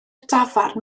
dafarn